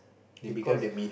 because